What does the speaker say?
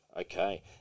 Okay